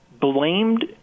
blamed